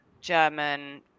German